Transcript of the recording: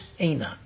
Enoch